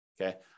Okay